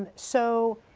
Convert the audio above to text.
so,